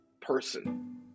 person